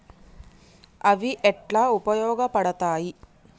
అవి ఎట్లా ఉపయోగ పడతాయి?